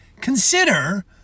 consider